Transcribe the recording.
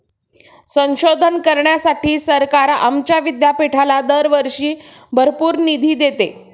संशोधन करण्यासाठी सरकार आमच्या विद्यापीठाला दरवर्षी भरपूर निधी देते